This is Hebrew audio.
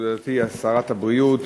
גברתי שרת הבריאות,